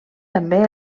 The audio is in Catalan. també